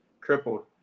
crippled